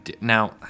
Now